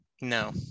No